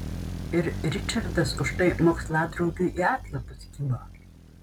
ir ričardas už tai moksladraugiui į atlapus kibo